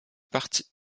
parties